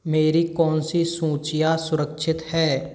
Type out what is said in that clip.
मेरी कौनसी सूचियाँ सुरक्षित हैं